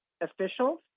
officials